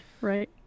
Right